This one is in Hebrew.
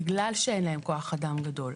בגלל שאין להם כוח אדם גדול.